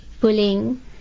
bullying